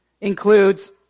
includes